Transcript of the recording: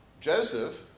Joseph